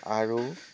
আৰু